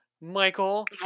Michael